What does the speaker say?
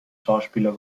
schauspieler